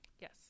Yes